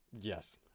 Yes